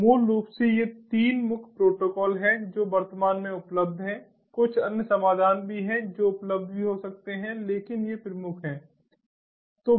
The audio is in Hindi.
तो मूल रूप से ये तीन मुख्य प्रोटोकॉल हैं जो वर्तमान में उपलब्ध हैं कुछ अन्य समाधान भी हैं जो उपलब्ध भी हो सकते हैं लेकिन ये प्रमुख हैं